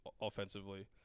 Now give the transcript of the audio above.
offensively